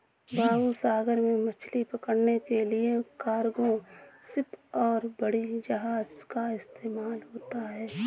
बाबू सागर में मछली पकड़ने के लिए कार्गो शिप और बड़ी जहाज़ का इस्तेमाल होता है